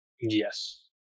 Yes